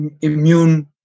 immune